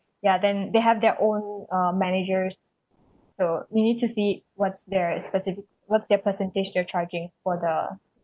ya then they have their own uh managers so you need to see what's their specific what's their percentage they're charging for the